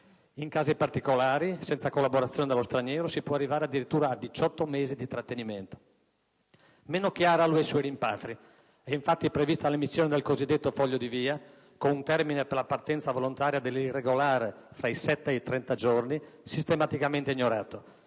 In casi particolari, senza collaborazione dello straniero si può arrivare addirittura a diciotto mesi di trattenimento. È meno chiara l'Unione europea sui rimpatri. È infatti prevista l'emissione del cosiddetto foglio di via, con un termine per la «partenza volontaria» dell'irregolare fra i sette e i trenta giorni, sistematicamente ignorato.